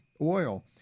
oil